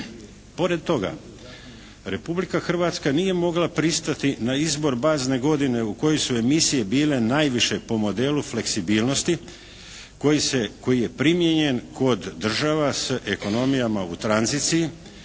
Pored toga Republika Hrvatska nije mogla pristati na izbor bazne godine u kojoj su emisije bile najviše po modelu fleksibilnosti koji se, koji je primijenjen kod država sa ekonomijama u tranziciji.